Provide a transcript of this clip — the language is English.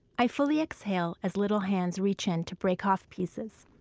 i fully exhale as little hands reach in to break off pieces